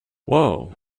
wow